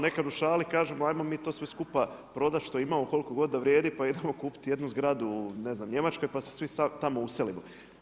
Nekad u šali kažemo ajmo mi to sve skupa prodati, što imamo, koliko god da vrijedi, pa idemo kupiti jednu zgradu u Njemačkoj pa se svi tamo uselimo.